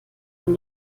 von